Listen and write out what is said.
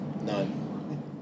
None